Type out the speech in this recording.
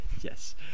yes